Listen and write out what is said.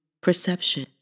Perception